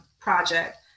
Project